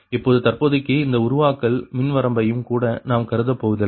இப்பொழுது தற்போதைக்கு இந்த உருவாக்கல் மின் வரம்பையும் கூட நாம் கருதப்போவதில்லை